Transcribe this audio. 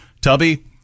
Tubby